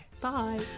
bye